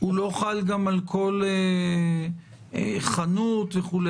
הוא לא חל גם על כל חנות וכו'.